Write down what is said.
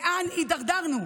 לאן הידרדרנו?